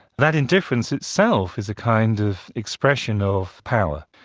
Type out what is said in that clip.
that indifference itself is a kind of expression of power.